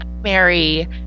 Mary